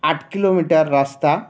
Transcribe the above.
আট কিলোমিটার রাস্তা